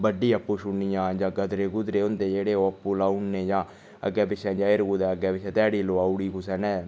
बड्डी आपू छुड़नियां जां गदरे गुदरे होंदे जेह्ड़े ओह् आपूं लाई ओड़ने जां अग्गें पिच्छें जे कुदै अग्गें पिच्छें ध्याड़ी लाई ओड़ी कुसै ने